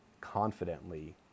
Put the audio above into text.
confidently